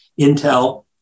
Intel